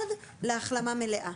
להחלמה מלאה.